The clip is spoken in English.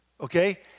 okay